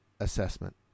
assessment